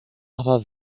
aber